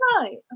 right